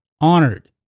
Honored